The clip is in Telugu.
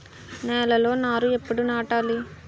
నేలలో నారు ఎప్పుడు నాటాలి?